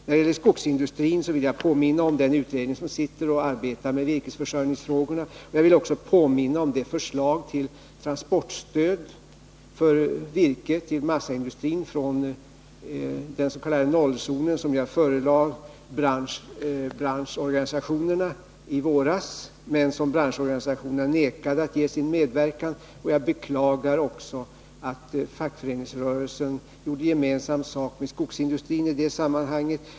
När det gäller skogsindustrin vill jag påminna om den utredning som arbetar med virkesförsörjningsfrågor. Jag vill också påminna om det förslag till transportstöd för virke till massaindustrin från den s.k. 0-zonen som jag förelade branschorganisationerna i våras men som dessa nekade att ge sin medverkan. Jag beklagar också att fackföreningsrörelsen gjorde gemensam sak med skogsindustrin i det sammanhanget.